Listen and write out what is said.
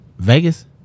Vegas